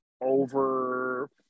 over